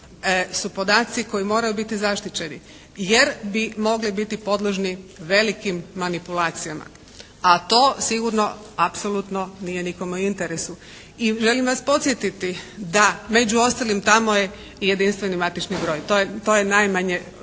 su podaci koji moraju biti zaštićeni jer bi mogli biti podložni velikim manipulacijama. A to sigurno apsolutno nije nikome u interesu. I želim vas podsjetiti da među ostalim tamo je i jedinstveni matični broj. To je, to je